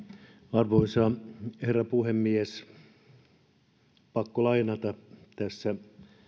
arvoisa herra puhemies pakko lainata tässä